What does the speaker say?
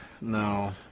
No